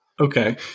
Okay